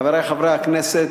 חברי חברי הכנסת,